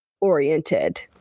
oriented